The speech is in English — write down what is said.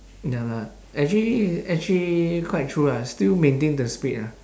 ya lah actually actually quite true lah still maintain the speed ah